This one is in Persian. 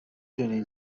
دونین